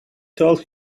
told